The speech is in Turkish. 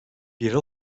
bir